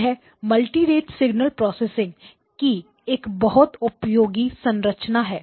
यह multirate signal processing की एक बहुत उपयोगी संरचना है